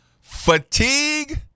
fatigue